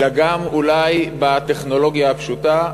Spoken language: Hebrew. אלא גם אולי בטכנולוגיה הפשוטה.